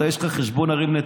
אתה, הרי יש לך חשבון עם נתניהו.